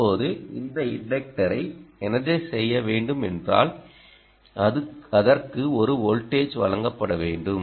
இப்போது இந்த இன்டக்டரை எனர்ஜைஸ் செய்ய வேண்டும் என்றால் அதற்கு ஒரு வோல்டேஜ் வழங்கப்பட வேண்டும்